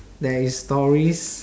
there is stories